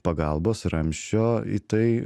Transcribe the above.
pagalbos ramsčio į tai